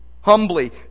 humbly